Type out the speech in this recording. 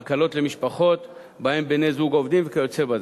הקלות למשפחות שבהן בני-זוג עובדים וכיוצא בזה.